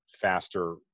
faster